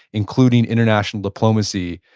including international diplomacy,